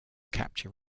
capture